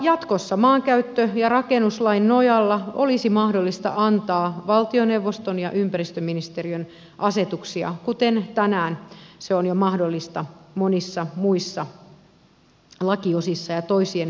jatkossa maankäyttö ja rakennuslain nojalla olisi mahdollista antaa valtioneuvoston ja ympäristöministeriön asetuksia kuten tänään se on jo mahdollista monissa muissa lakiosissa ja toisten ministeriöiden alalla